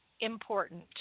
important